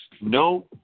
No